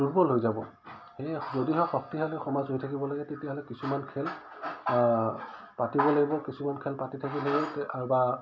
দুৰ্বল হৈ যাব সেয়ে যদি হয় শক্তিশালী সমাজ হৈ থাকিব লাগে তেতিয়াহ'লে কিছুমান খেল পাতিব লাগিব কিছুমান খেল পাতি থাকিব লাগিব আৰু বা